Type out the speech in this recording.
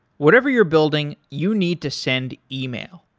whatever you're building, you need to send email,